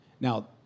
Now